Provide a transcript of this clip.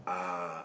uh